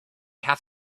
have